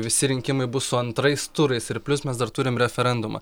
visi rinkimai bus su antrais turais ir plius mes dar turime referendumą